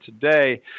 today